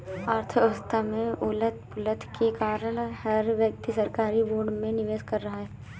अर्थव्यवस्था में उथल पुथल के कारण हर व्यक्ति सरकारी बोर्ड में निवेश कर रहा है